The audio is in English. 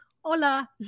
Hola